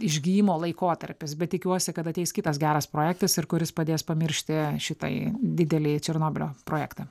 išgijimo laikotarpis bet tikiuosi kad ateis kitas geras projektas ir kuris padės pamiršti šitai didelį černobylio projektą